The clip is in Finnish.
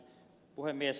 puhemies